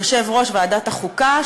יושב-ראש ועדת החוקה,